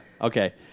okay